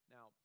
Now